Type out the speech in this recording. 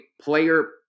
player